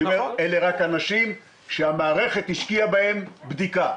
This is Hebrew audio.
אלה אנשים שהמערכת השקיעה בהם בדיקה.